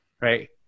right